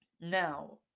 Now